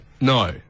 No